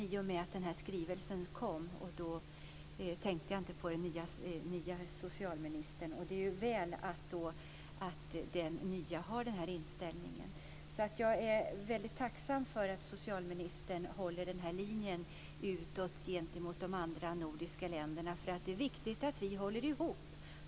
I och med att den här skrivelsen kom tänkte jag inte på att det är en ny socialminister. Det är ju väl att den nya hälsovårdsministern har den här inställningen. Jag är väldigt tacksam för att socialministern håller den här linjen gentemot de andra nordiska länderna, för det är viktigt att vi håller ihop.